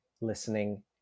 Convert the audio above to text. listening